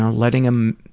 ah letting them